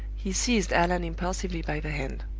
he seized allan impulsively by the hand.